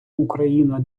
україна